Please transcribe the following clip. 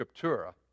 scriptura